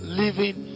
living